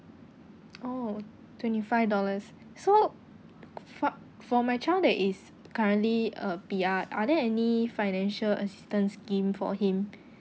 oh twenty five dollars so fo~ for my child that is currently a P_R are there any financial assistance scheme for him